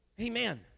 amen